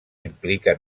implica